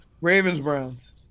Ravens-Browns